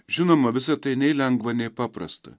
žinoma visa tai nei lengva nei paprasta